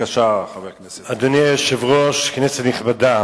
אכן הצעת חוק הכשרות המשפטית